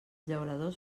llauradors